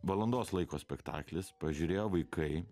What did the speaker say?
valandos laiko spektaklis pažiūrėjo vaikai